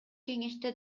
кеңеште